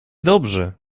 dobrzy